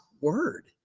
word